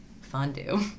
Fondue